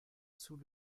sous